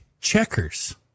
Checkers